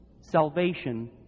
salvation